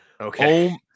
Okay